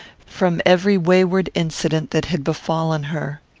from every wayward incident that had befallen her.